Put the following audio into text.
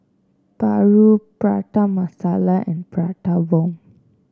paru Prata Masala and Prata Bomb